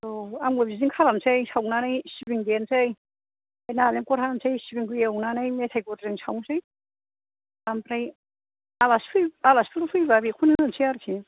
औ आंबो बिदिनो खालामनोसै सावनानै सिबिं देनोसै ओमफ्राय नालेंखर हानोसै सिबिंखौ एवनानै मेथाइ गुरजों सावनोसै ओमफ्राय आलासिफोर फैब्ला बेखौनो होनोसै आरोखि